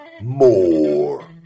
more